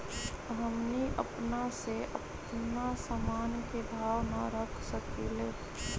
हमनी अपना से अपना सामन के भाव न रख सकींले?